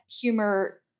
humor